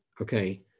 Okay